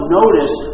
notice